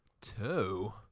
Two